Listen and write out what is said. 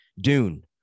Dune